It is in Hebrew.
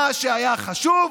מה שהיה חשוב